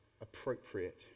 appropriate